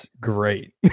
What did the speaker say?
great